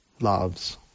loves